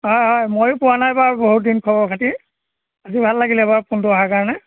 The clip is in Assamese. হয় হয় ময়ো পোৱা নাই বাৰু বহুত দিন খবৰ খাতি আজি ভাল লাগিলে বাৰু ফোনটো অহাৰ কাৰণে